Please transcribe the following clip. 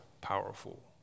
powerful